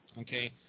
okay